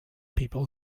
people